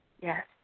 Yes